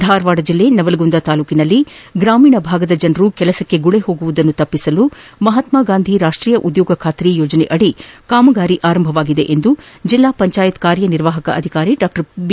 ಧಾರವಾಡ ಜಿಲ್ಲೆ ನವಲಗುಂದ ತಾಲೂಕಿನಲ್ಲಿ ಗ್ರಾಮೀಣ ಭಾಗದ ಜನರು ಕೆಲಸಕ್ಕೆ ಗುಳೆ ಹೋಗುವುದನ್ನು ತಪ್ಪಿಸಲು ಮಹಾತ್ಮಾ ಗಾಂಧಿ ರಾಷ್ಷೀಯ ಉದ್ಯೋಗ ಬಾತರಿ ಯೋಜನೆಯಡಿ ಕಾಮಗಾರಿ ಆರಂಭವಾಗಿದೆ ಎಂದು ಜಿಲ್ಲಾ ಪಂಚಾಯತ್ ಕಾರ್ಯನಿರ್ವಾಹಕ ಅಧಿಕಾರಿ ಡಾ ಬಿ